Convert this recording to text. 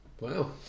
wow